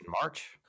march